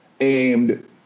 aimed